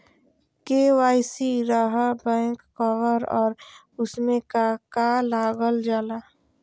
KYC रहा back cover और उसमें का का लागल जाला?